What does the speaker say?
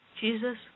Jesus